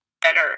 better